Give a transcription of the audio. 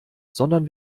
sondern